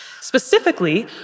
Specifically